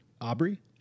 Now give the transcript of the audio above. Aubrey